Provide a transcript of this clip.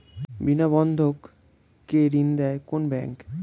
বিনা বন্ধক কে ঋণ দেয় কোন ব্যাংক?